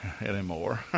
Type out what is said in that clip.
anymore